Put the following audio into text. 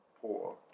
poor